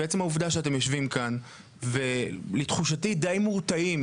ועצם העובדה שאתם יושבים כאן ולתחושתי די מורתעים